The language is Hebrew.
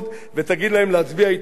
באלקנה, צדוק זהוראי.